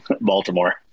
Baltimore